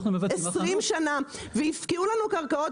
אנחנו ----- הפקיעו לנו קרקעות